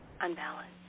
unbalanced